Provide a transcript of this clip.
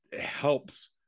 helps